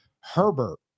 Herbert